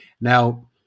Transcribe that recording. Now